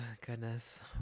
goodness